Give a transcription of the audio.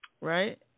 right